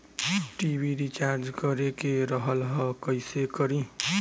TV recharge करे के रहल ह कइसे करी?